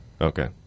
Okay